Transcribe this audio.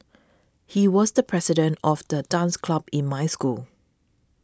he was the president of the dance club in my school